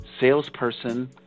salesperson